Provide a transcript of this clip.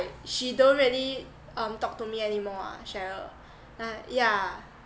she don't really um talk to me anymore ah cheryl like yeah